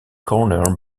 corner